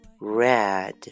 red